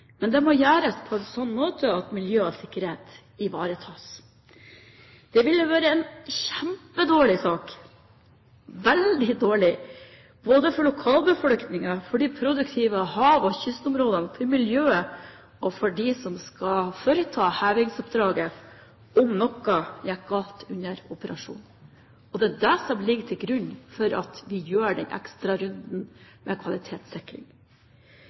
Men det må gjøres på en sånn måte at miljø og sikkerhet ivaretas. Det ville vært en kjempedårlig sak både for lokalbefolkningen, for de produktive hav- og kystområdene, for miljøet og for dem som skal foreta hevingsoppdraget, om noe hadde gått galt under operasjonen. Det er det som ligger til grunn for at vi gjør den ekstra runden med kvalitetssikring.